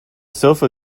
sofa